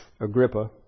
Agrippa